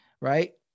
right